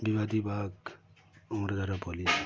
বিবাদী বাগ অমরা যারা বলি